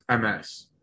MS